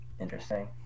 Interesting